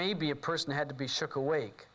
maybe a person had to be shook awake